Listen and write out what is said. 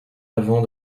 avant